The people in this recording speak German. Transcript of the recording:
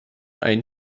einen